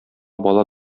бала